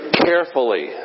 carefully